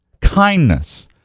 kindness